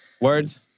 Words